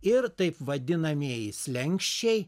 ir taip vadinamieji slenksčiai